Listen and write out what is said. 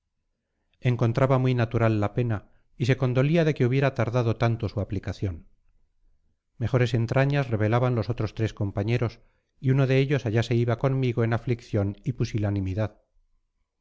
encontraba muy natural la pena y se condolía de que hubiera tardado tanto su aplicación mejores entrañas revelaban los otros tres compañeros y uno de ellos allá se iba conmigo en aflicción y pusilanimidad